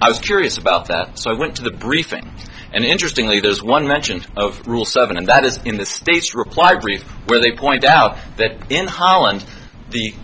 i was curious about that so i went to the briefing and interestingly there's one mention of rule seven and that is in the state's reply brief where they point out that in holland the